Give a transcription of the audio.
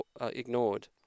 ignored